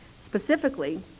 Specifically